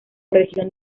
región